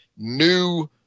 new